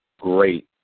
great